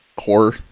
horror